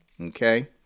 okay